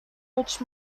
which